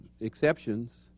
exceptions